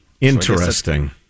Interesting